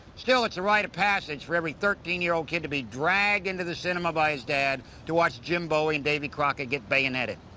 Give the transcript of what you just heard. still, it's a rite of passage for every thirteen year old kid to be dragged into the cinema by his dad to watch jim bowie and davy crockett get bayoneted.